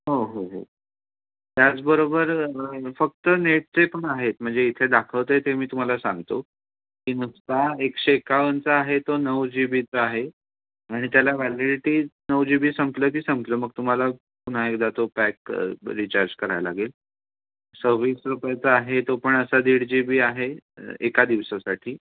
हो हो हो त्याचबरोबर फक्त नेटचे पण आहेत म्हणजे इथे दाखवतं आहे ते मी तुम्हाला सांगतो की नुसता एकशे एकावन्नचा आहे तो नऊ जी बीचा आहे आणि त्याला वॅलिडिटी नऊ जी बी संपलं की संपलं मग तुम्हाला पुन्हा एकदा तो पॅक रिचार्ज करायला लागेल सव्वीस रुपयाचा आहे तो पण असा दीड जी बी आहे एका दिवसासाठी